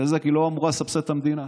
בזק לא אמורה לסבסד את המדינה.